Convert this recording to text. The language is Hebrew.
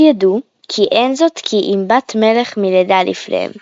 אז ידעו, כי אין זאת כי אם בת-מלך מלדה לפניהם,